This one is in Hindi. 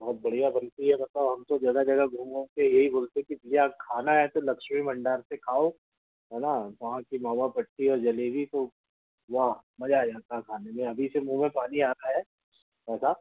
बहुत बढ़िया बनती है देखो हम तो जगह जगह घूम घूम के यही बोलते हैँ कि भैया खाना है तो लक्ष्मी भण्डार से खाओ है ना वहाँ की मावा बाटी और जलेबी तो वाह मज़ा आ जाता है खाने में अभी से मूँह में पानी आ रहा है ऐसा